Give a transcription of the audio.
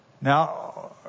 Now